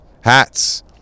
hats